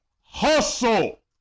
hustle